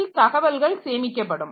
அதில் தகவல்கள் சேமிக்கப்படும்